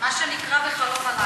מה שנקרא, בחלום הלילה.